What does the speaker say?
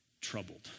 troubled